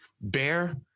bear